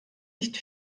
nicht